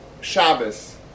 Shabbos